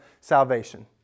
salvation